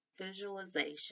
Visualization